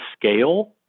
scale